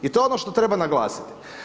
I to je ono što treba naglasiti.